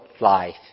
life